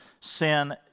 sin